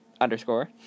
underscore